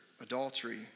adultery